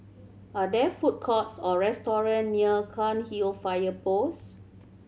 are there food courts or restaurant near Cairnhill Fire Post